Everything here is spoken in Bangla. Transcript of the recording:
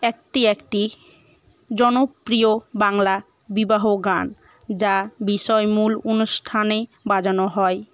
একটি একটি জনপ্রিয় বাংলা বিবাহ গান যা বিষয়মূল অনুষ্ঠানে বাজানো হয়